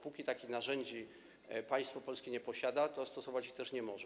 Póki takich narzędzi państwo polskie nie posiada, to stosować ich też nie może.